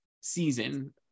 season